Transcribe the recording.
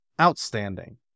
Outstanding